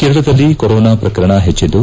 ಕೇರಳದಲ್ಲಿ ಕೊರೊನಾ ಪ್ರಕರಣ ಹೆಚ್ಚದ್ದು